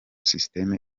system